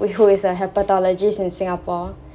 with who is a pathologist in singapore